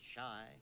Shy